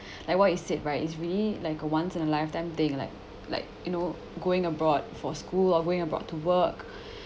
like what you said right it's really like a once in a lifetime thing like like you know going abroad for school or going about to work